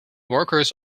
workers